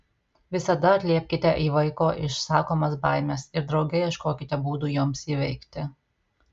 visada atliepkite į vaiko išsakomas baimes ir drauge ieškokite būdų joms įveikti